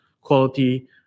quality